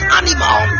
animal